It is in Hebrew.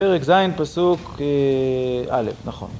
פרק ז', פסוק א', נכון.